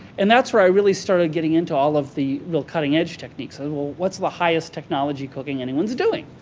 and that's where i really started getting into all of the real cutting-edge techniques. and well, what's the highest technology cooking anyone's doing?